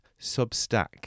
Substack